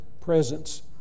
presence